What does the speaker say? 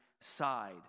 side